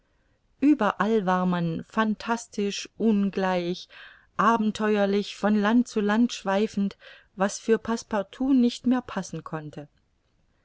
ueberall war man phantastisch ungleich abenteuerlich von land zu land schweifend was für passepartout nicht mehr passen konnte